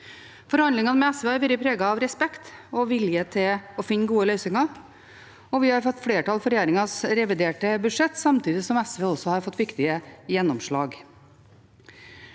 Forhandlingene med SV har vært preget av respekt og vilje til å finne gode løsninger. Vi har fått flertall for regjeringas reviderte budsjett, samtidig som SV også har fått viktige gjennomslag.